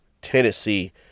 Tennessee